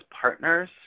partners